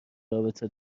رابطه